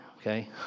okay